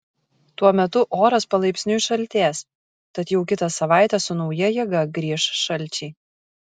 tuo metu oras palaipsniui šaltės tad jau kitą savaitę su nauja jėga grįš šalčiai